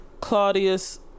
Claudius